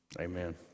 Amen